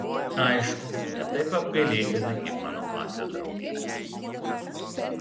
aišku ne taip apgailėtinai kaip mano klasės draugei aistei